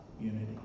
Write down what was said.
unity